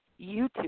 YouTube